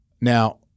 Now